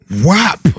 WAP